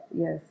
Yes